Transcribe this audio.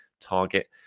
target